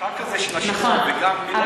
המרחק הזה של השינוע, וגם, נכון.